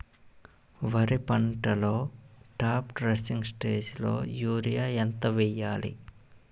వరి పంటలో top dressing స్టేజిలో యూరియా ఎంత వెయ్యాలి?